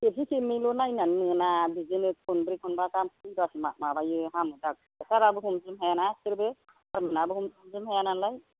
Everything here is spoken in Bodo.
खेबसे खेबनैल' नायनानै मोना बिदिनो खनब्रै खनबा गाहाम फैबासो माबायो हामो डक्ट'र आबो हमजोबनो हायाना बिसोरबो सार मोनाबो हमजोबनो हायानालाय